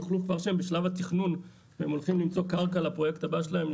כבר כשהם בשלב התכנון והם הולכים למצוא קרקע לפרויקט הבא שלהם,